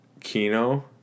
Kino